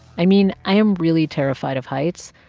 i mean, i am really terrified of heights.